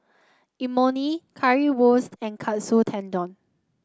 Imoni Currywurst and Katsu Tendon